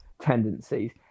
tendencies